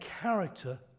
character